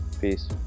Peace